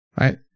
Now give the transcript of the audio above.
right